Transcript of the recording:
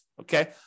okay